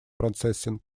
processing